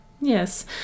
Yes